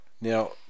Now